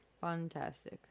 Fantastic